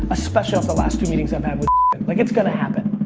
especially off the last two meetings i had with like its gonna happen.